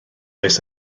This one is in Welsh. oes